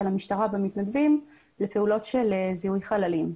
המשטרה במתנדבים לפעולות של זיהוי חללים.